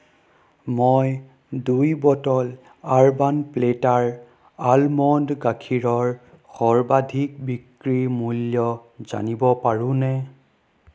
মই দুই bottle urban platter almond গাখীৰৰ সৰ্বাধিক বিক্ৰী মূল্য জানিব পাৰোনে